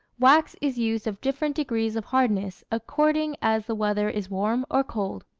wax is used of different degrees of hardness, according as the weather is warm or cold.